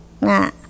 nah